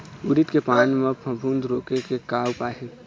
उरीद के पान म फफूंद रोके के का उपाय आहे?